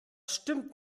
stimmt